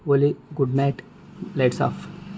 olly good night lights off